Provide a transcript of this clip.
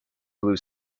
blue